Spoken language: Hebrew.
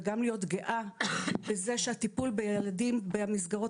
וגם להיות גאה בזה שהטיפול בילדים במסגרות